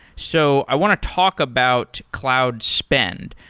so i want to talk about cloud spend.